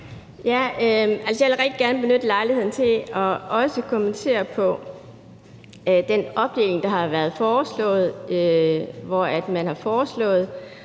Jeg vil rigtig gerne benytte lejligheden til også at kommentere den opdeling af forslaget, der har været foreslået,